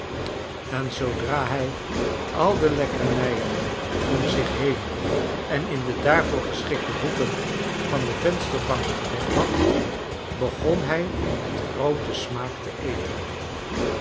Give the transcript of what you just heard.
en zoodra hij al de lekkernijen om zich heen en in de daarvoor geschikte hoeken van de vensterbank gelegd had begon hij met grooten smaak te eten